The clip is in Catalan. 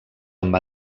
amb